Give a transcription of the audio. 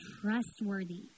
trustworthy